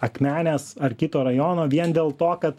akmenės ar kito rajono vien dėl to kad